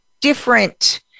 different